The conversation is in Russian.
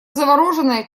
завороженная